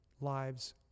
lives